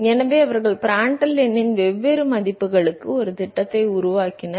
எனவே அவர்கள் பிராண்டல் எண்ணின் வெவ்வேறு மதிப்புகளுக்கு ஒரு திட்டத்தை உருவாக்கினர்